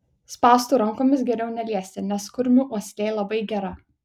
spąstų rankomis geriau neliesti nes kurmių uoslė labai gera